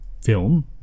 film